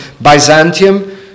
Byzantium